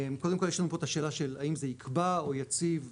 קודם כל יש לנו פה את השאלה של האם זה יקבע או יציב וכו',